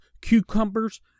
cucumbers